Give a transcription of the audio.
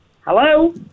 Hello